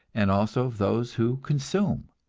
and also of those who consume,